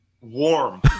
warm